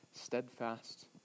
steadfast